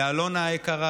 ולאלונה היקרה,